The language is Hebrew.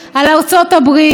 על ארצות הברית,